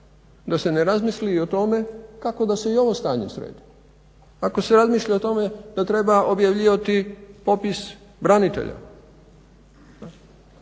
da se ne razmisli i o tome kako da se i ovo stanje sredi. Ako se razmišlja o tome da treba objavljivati popis branitelja